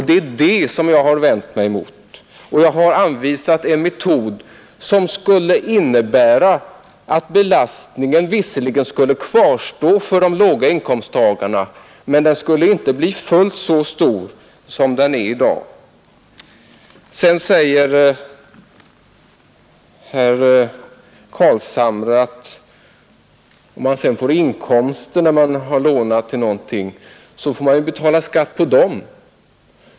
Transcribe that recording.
Det är detta som jag har vänt mig mot och jag har anvisat en metod som skulle innebära att belastningen visserligen skulle kvarstå för de låga inkomsttagarna, men den skulle inte bli fullt så stor som den är i dag. Sedan sade herr Carlshamre att om man får inkomster när man lånat till någonting skall man ju också betala skatt på dem.